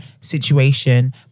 situation